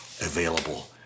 available